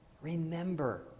remember